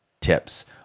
Tips